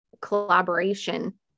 collaboration